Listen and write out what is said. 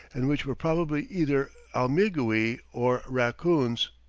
and which were probably either almigui or racoons.